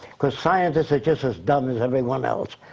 cause scientists are just as dumb as everyone else.